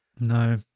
no